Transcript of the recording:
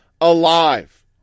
alive